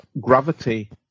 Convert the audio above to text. gravity